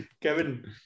Kevin